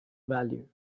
value